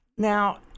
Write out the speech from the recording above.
Now